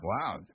Wow